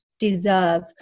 deserve